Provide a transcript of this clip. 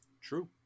True